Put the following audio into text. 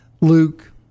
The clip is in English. Luke